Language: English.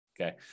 Okay